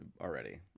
already